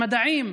במדעים,